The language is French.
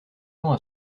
temps